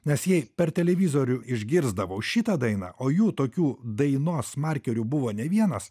nes jei per televizorių išgirsdavau šitą dainą o jų tokių dainos markerių buvo ne vienas